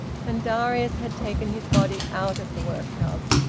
and darius had taken his body out of the workhouse,